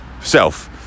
self